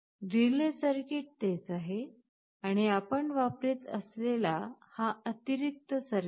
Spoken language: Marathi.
रिले सर्किट तेच आहे आणि आम्ही वापरत असलेला हा अतिरिक्त सर्किट आहे